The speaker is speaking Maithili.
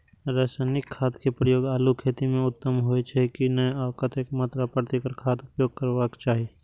रासायनिक खाद के प्रयोग आलू खेती में उत्तम होय छल की नेय आ कतेक मात्रा प्रति एकड़ खादक उपयोग करबाक चाहि?